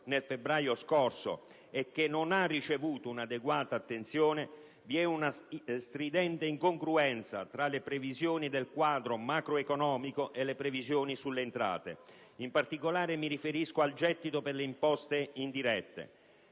nel febbraio scorso e che non ha ricevuto un'adeguata attenzione, vi è una stridente incongruenza tra le previsioni del quadro macroeconomico e le previsioni sulle entrate. In particolare mi riferisco al gettito per le imposte indirette,